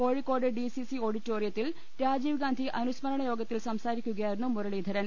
Kozhikode D C C ഓഡിറ്റോറിയത്തിൽ രാജീവ് ഗാന്ധി അനുസ്മരണ യോഗത്തിൽ സംസാരിക്കുകയായിരുന്നു മുരളീധരൻ